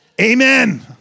Amen